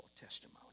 testimony